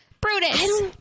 Brutus